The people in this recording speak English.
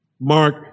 Mark